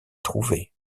trouvés